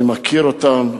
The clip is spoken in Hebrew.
אני מכיר אותן,